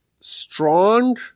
strong